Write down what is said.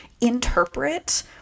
interpret